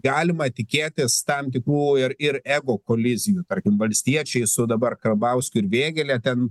galima tikėtis tam tikrų ir ir ego kolizijų tarkim valstiečiai su dabar karbauskiu ir vėgėle ten